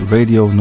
Radio